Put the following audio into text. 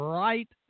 right